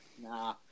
Nah